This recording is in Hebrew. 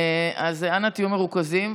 אז אנא תהיו מרוכזים.